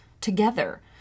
Together